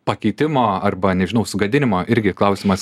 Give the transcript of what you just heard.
pakeitimo arba nežinau sugadinimo irgi klausimas kaip